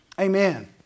Amen